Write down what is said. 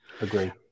Agree